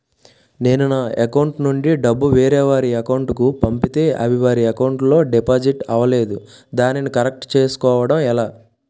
నేను నా అకౌంట్ నుండి డబ్బు వేరే వారి అకౌంట్ కు పంపితే అవి వారి అకౌంట్ లొ డిపాజిట్ అవలేదు దానిని కరెక్ట్ చేసుకోవడం ఎలా?